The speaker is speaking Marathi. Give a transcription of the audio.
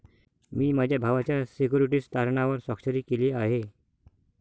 मी माझ्या भावाच्या सिक्युरिटीज तारणावर स्वाक्षरी केली आहे